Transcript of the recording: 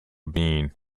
been